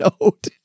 note